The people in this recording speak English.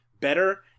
better